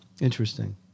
interesting